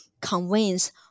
conveys